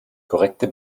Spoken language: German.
korrekte